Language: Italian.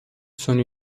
sono